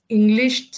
English